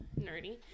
nerdy